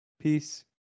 Peace